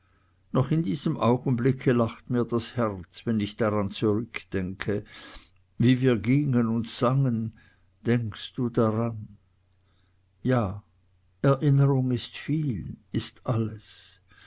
noch in diesem augenblicke lacht mir das herz wenn ich daran zurückdenke wie wir gingen und sangen denkst du daran ja erinnerung ist viel ist alles